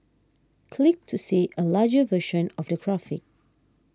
click to see a larger version of the graphic